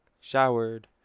showered